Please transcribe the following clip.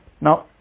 Now